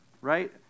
right